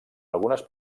algunes